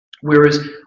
Whereas